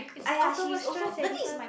is like ultimate trust eh this one